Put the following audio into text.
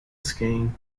skiing